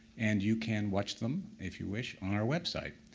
and you can watch them, if you wish, on our website,